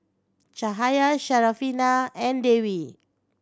Cahaya Syarafina and Dewi